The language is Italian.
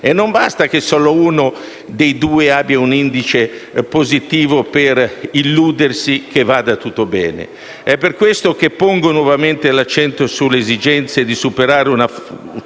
e non basta che solo uno dei due abbia un indice positivo per illudersi che vada tutto bene. È per questo che pongo nuovamente l'accento sull'esigenza di superare una